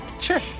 sure